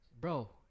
bro